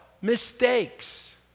mistakes